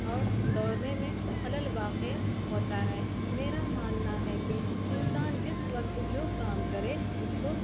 اور دوڑنے میں خلل واقع ہوتا ہے میرا ماننا ہے کہ انسان جس وقت جو کام کرے اس کو